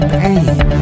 pain